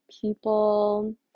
people